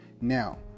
now